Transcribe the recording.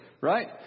right